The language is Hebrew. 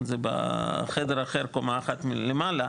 זה נמצא בחדר אחר בקומה אחת למעלה,